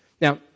Now